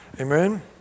Amen